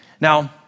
Now